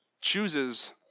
chooses